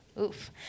Oof